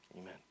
Amen